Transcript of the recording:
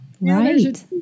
Right